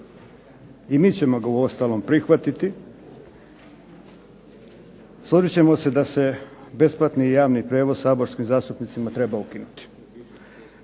i mi ćemo ga uostalom prihvatiti, složit ćemo se da se besplatni javni prijevoz saborskim zastupnicima treba ukinuti.